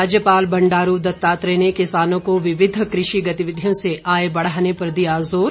राज्यपाल बंडारू दत्तात्रेय ने किसानों को विविध कृषि गतिविधियों से आय बढ़ाने पर दिया जोर